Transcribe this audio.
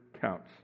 counts